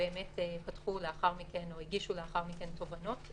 פתחו לאחר מכן או הגישו לאחר מכן תובענות,